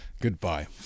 goodbye